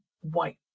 white